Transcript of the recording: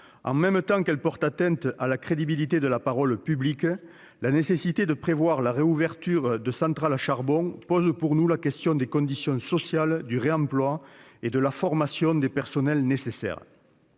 En même temps qu'elle porte atteinte à la crédibilité de la parole publique, la nécessité de prévoir la réouverture de centrales à charbon pose pour nous la question des conditions sociales du réemploi et de la formation du personnel nécessaire.